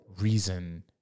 reason